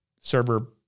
server